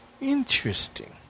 Interesting